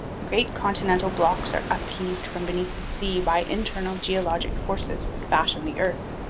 great continental blocks are upheaved from beneath the sea by internal geologic forces that fashion the earth.